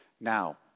Now